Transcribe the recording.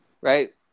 right